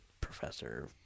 professor